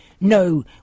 no